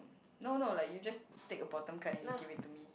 no no like you just take a bottom card then you give it to me